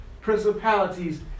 Principalities